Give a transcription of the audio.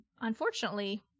unfortunately